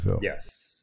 Yes